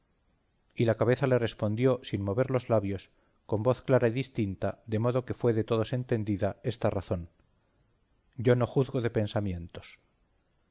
y la cabeza le respondió sin mover los labios con voz clara y distinta de modo que fue de todos entendida esta razón yo no juzgo de pensamientos